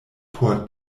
por